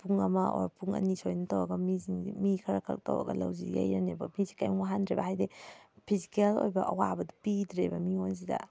ꯄꯨꯡ ꯑꯃ ꯑꯣꯔ ꯄꯨꯡ ꯑꯅꯤ ꯁꯣꯏꯅ ꯇꯧꯔꯒ ꯃꯤꯁꯤꯡꯁꯦ ꯃꯤ ꯈꯔꯈꯛ ꯇꯧꯔꯒ ꯂꯧꯁꯤ ꯌꯩꯔꯅꯦꯕ ꯃꯤꯁꯦ ꯀꯩꯌꯝ ꯋꯥꯍꯟꯗ꯭ꯔꯦꯕ ꯍꯥꯏꯗꯤ ꯐꯤꯖꯤꯀꯦꯜ ꯑꯣꯏꯕ ꯑꯋꯥꯕꯗꯣ ꯄꯤꯗ꯭ꯔꯦꯕ ꯃꯤꯉꯣꯟꯁꯤꯗ